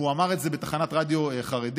והוא אמר את זה בתחנת רדיו חרדית,